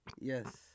Yes